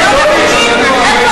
משתמשים בכם, אתם לא מבינים?